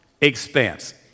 expense